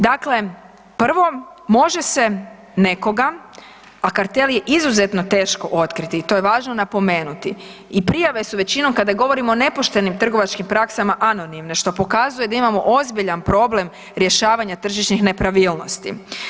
Dakle, prvo može se nekoga, a kartel je izuzetno teško otkriti i to je važno napomenuti i prijave su većinom kada govorimo o nepoštenim trgovačkim praksama anonimne što pokazuje da imamo ozbiljan problem rješavanja tržišnih nepravilnosti.